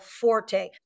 forte